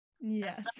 Yes